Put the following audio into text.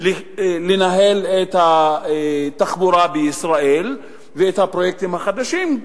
לנהל את התחבורה בישראל ואת הפרויקטים החדשים,